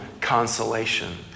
consolation